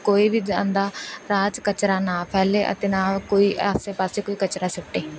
ਕੋਈ ਵੀ ਜਾਂਦਾ ਰਾਹ 'ਚ ਕਚਰਾ ਨਾ ਫੈਲੇ ਅਤੇ ਨਾ ਕੋਈ ਆਸੇ ਪਾਸੇ ਕੋਈ ਕਚਰਾ ਸੁੱਟੇ